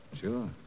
Sure